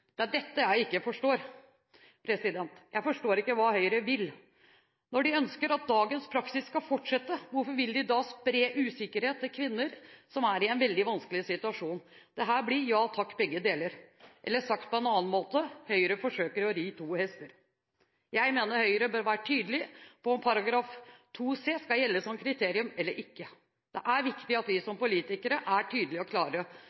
Det er dette jeg ikke forstår; jeg forstår ikke hva Høyre vil. Når de ønsker at dagens praksis skal fortsette, hvorfor vil de da spre usikkerhet til kvinner som er i en veldig vanskelig situasjon? Dette blir ja takk, begge deler – eller sagt på en annen måte: Høyre forsøker å ri to hester. Jeg mener Høyre bør være tydelig på om § 2 c skal gjelde som kriterium eller ikke. Det er viktig at vi som politikere er tydelige og klare,